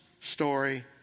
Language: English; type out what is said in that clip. story